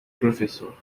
professor